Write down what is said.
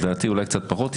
לדעתי אולי קצת פחות,